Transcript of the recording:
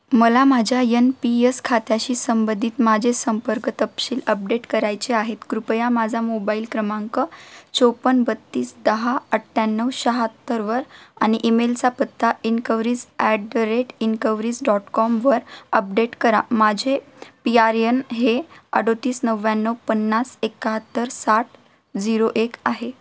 मला माझ्या N P S खात्याशी संबधित माझे संपर्क तपशील अपडेट करायचे आहेत कृपया माझा मोबाईल क्रमांक चोपन्न बत्तीस दहा अठ्याण्णव शहात्तरवर आणि ईमेलचा पत्ता enquiries at the rate enquiries dot कॉमवर अपडेट करा माझे पी आर एन हे अडतीस नव्याण्णव पन्नास एकाहात्तर साठ झिरो एक आहे